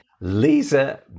Lisa